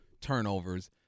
turnovers